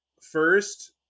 First